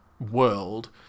world